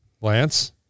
Lance